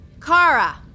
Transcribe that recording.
Kara